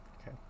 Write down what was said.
Okay